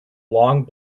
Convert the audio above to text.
long